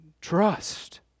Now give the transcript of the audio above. Trust